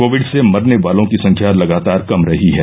Covid से मरने वालों की संख्या लगातार कम रही है